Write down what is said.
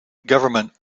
government